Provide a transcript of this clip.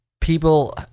people